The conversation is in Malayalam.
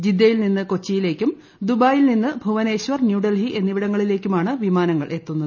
ജിദ്ദയിൽ നിന്ന് കൊച്ചിയിലേയ്ക്കും ദുബായിയിൽ നിന്ന് ഭുവനേശ്വർ ന്യൂഡൽഹി എന്നിവിടങ്ങളിലേയ്ക്കുമാണ് വിമാനങ്ങൾ എത്തുന്നത്